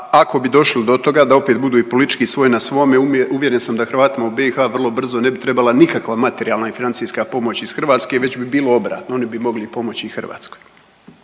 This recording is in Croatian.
ako bi došlo do toga da opet budu i politički svoj na svome uvjeren sam da Hrvatima u BiH vrlo brzo ne bi trebala nikakva materijalna i financijska pomoć iz Hrvatske već bi bilo obratno oni bi mogli pomoći i Hrvatskoj,